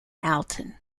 alton